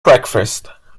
breakfast